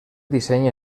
disseny